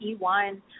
E1